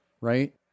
right